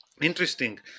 Interesting